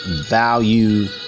value